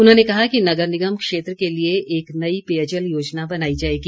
उन्होंने कहा कि नगर निगम क्षेत्र के लिए एक नई पेयजल योजना बनाई जाएगी